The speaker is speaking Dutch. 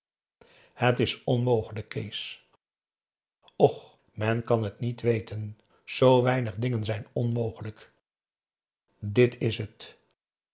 het is onmogelijk kees och men kan t niet weten zoo weinig dingen zijn onmogelijk dit is het